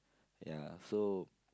ya so